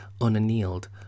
unannealed